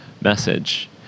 message